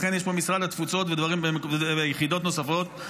ולכן יש משרד התפוצות ויחידות נוספות,